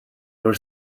were